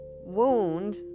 wound